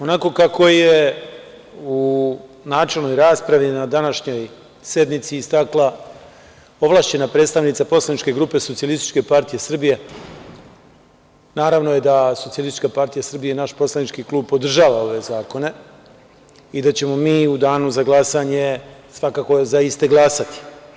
Onako kako je u načelnoj raspravi na današnjoj sednici istakla ovlašćena predstavnica poslaničke grupe SPS, naravno je da SPS i naš poslanički klub podržava ove zakone i da ćemo mi u danu za glasanje, svakako, za iste glasati.